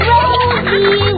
Rosie